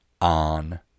on